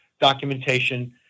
documentation